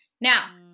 Now